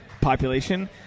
population